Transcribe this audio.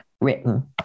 written